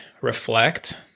reflect